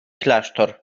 klasztor